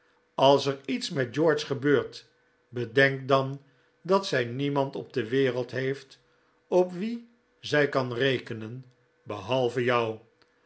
als er iets met george gebeurt bedenk dan dat zij niemand op de wereld heeft op wien zij kan rekenen behalve jou